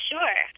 Sure